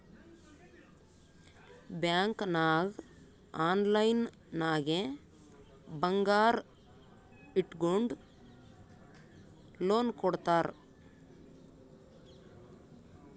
bank ನಾಗ್ online ನಾಗೆ ಬಂಗಾರ್ ಇಟ್ಗೊಂಡು ಲೋನ್ ಕೊಡ್ತಾರ್